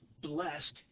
blessed